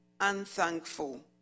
unthankful